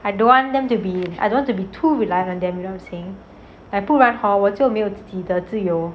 I don't want them to be I don't want to be too rely on them you know what I'm saying like 不然 hor 我就没有自己的自由